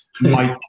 Mike